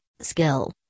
skill